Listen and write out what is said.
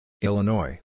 Illinois